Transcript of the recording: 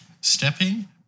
stepping